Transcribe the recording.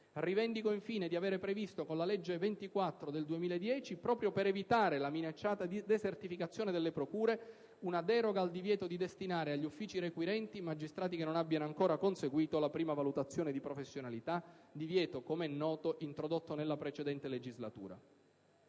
Rivendico infine di avere previsto, con la legge n. 24 del 2010, proprio per evitare la minacciata desertificazione delle procure, una deroga al divieto di destinare agli uffici requirenti i magistrati che non abbiano ancora conseguito la prima valutazione di professionalità, divieto, come è noto, introdotto nella precedente legislatura.